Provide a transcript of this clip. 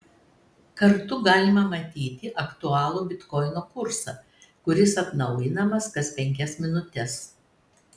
kartu galima matyti aktualų bitkoino kursą kuris atnaujinamas kas penkias minutes